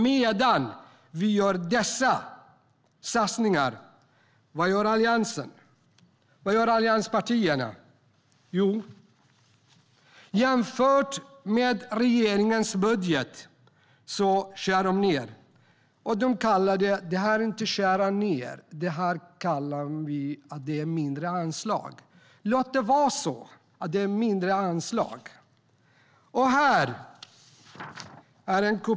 Vad gör allianspartierna medan vi gör dessa satsningar? Jo, jämfört med regeringens budget skär de ned. De kallar det inte för att skära ned utan för att ge mindre anslag. Må så vara!